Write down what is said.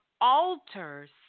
alters